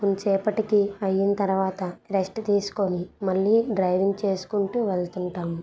కొంతసేపటికి అయిన తరువాత రెస్ట్ తీసుకొని మళ్ళీ డ్రైవింగ్ చేసుకుంటూ వెళుతుంటాము